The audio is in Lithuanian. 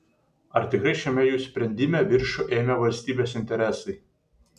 ar tikrai šiame jų sprendime viršų ėmė valstybės interesai